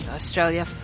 Australia